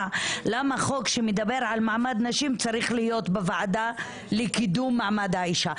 למה חוק שמדבר על מעמד נשים צריך להיות בוועדה לקידום מעמד האישה.